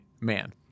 man